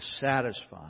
satisfying